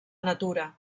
natura